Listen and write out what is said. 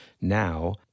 now